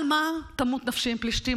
על מה תמות נפשי עם פלשתים,